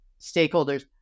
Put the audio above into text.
stakeholders